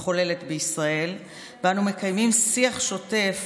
המתחוללת בישראל ואנחנו מקיימים שיח שוטף